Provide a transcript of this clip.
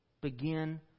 begin